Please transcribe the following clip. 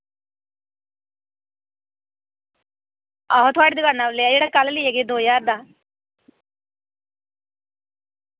आहो थुआढ़ी दकान उप्परा लेआ जेह्ड़ा कल लेइयै गे दो ज्हार दा